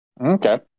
Okay